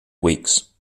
weeks